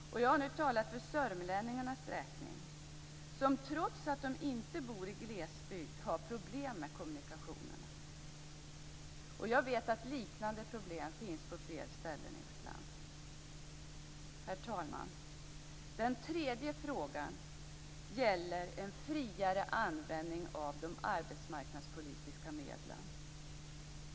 Jag har nu talat för sörmlänningarnas räkning, som trots att de inte bor i glesbygd har problem med kommunikationerna. Jag vet att liknande problem finns på fler ställen i vårt land. Herr talman! Den tredje frågan gäller en friare användning av de arbetsmarknadspolitiska medlen.